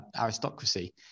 aristocracy